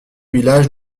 village